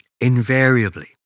invariably